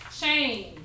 change